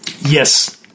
Yes